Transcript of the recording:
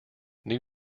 new